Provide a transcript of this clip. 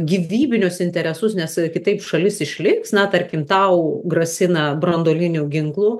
gyvybinius interesus nes kitaip šalis išliks na tarkim tau grasina branduoliniu ginklu